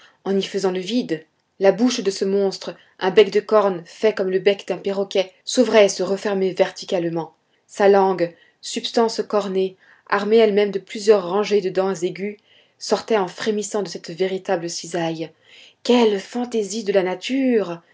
en y faisant le vide la bouche de ce monstre un bec de corne fait comme le bec d'un perroquet s'ouvrait et se refermait verticalement sa langue substance cornée armée elle-même de plusieurs rangées de dents aiguës sortait en frémissant de cette véritable cisaille quelle fantaisie de la nature